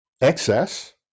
excess